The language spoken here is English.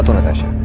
but natasha?